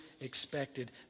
expected